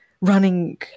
running